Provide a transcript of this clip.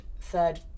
third